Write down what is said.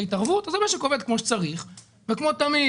התערבות אז המשק עובד כמו שצריך וכמו תמיד,